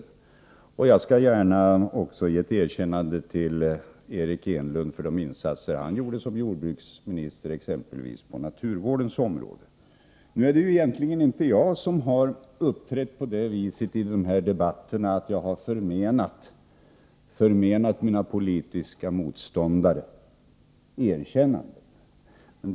Jag skall gärna också ge ett erkännande till Eric Enlund för de insatser som han gjorde som jordbruksminister, exempelvis på naturvårdsområdet. Men det är egentligen inte jag som i den här debatten har förmenat mina politiska motståndare erkännanden.